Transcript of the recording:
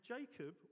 Jacob